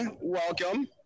welcome